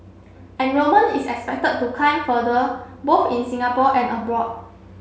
enrolment is expected to climb further both in Singapore and abroad